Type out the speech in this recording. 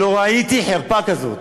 לא ראיתי חרפה כזאת.